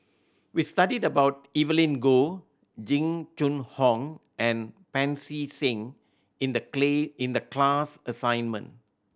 we studied about Evelyn Goh Jing Jun Hong and Pancy Seng in the in the class assignment